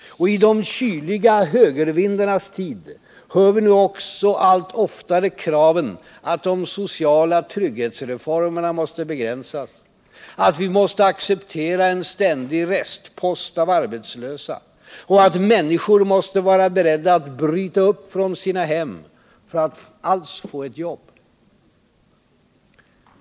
Och i de kyliga högervindarnas tid hör vi nu också allt oftare kraven att de sociala trygghetsreformerna måste begränsas, att vi måste acceptera en ständig restpost av arbetslösa och att människor måste vara beredda att bryta upp från sina hem för att alls få jobb.